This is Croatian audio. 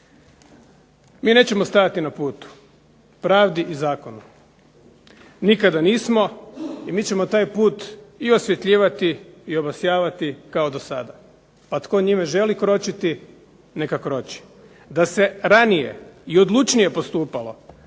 Mi nećemo stajati na putu pravdi i zakonu. Nikada nismo i mi ćemo taj put i osvjetljivati i obasjavati kao dosada. A tko njime želi kročiti neka kroči. Da se ranije i odlučnije postupalo